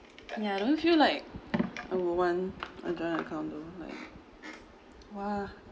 yeah I don't feel like I would want a joint account though like !wah!